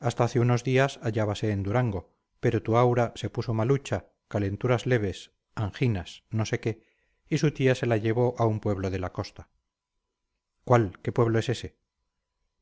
hasta hace unos días hallábanse en durango pero tu aura se puso malucha calenturas leves anginas no sé qué y su tía se la llevó a un pueblo de la costa cuál qué pueblo es ese